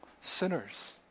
sinners